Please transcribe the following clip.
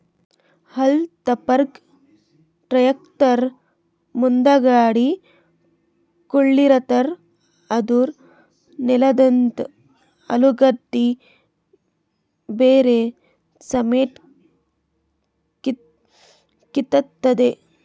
haulm ಟಾಪರ್ಗ್ tractor ಮುಂದಗಡಿ ಕುಡ್ಸಿರತಾರ್ ಅದೂ ನೆಲದಂದ್ ಅಲುಗಡ್ಡಿ ಬೇರ್ ಸಮೇತ್ ಕಿತ್ತತದ್